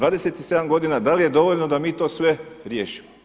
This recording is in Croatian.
27 godina da li je dovoljno da mi to sve riješimo?